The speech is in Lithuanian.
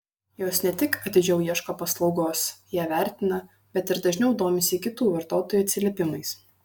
jos ne tik atidžiau ieško paslaugos ją vertina bet ir dažniau domisi kitų vartotojų atsiliepimais